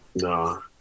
No